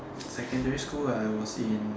secondary school I was in